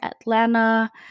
Atlanta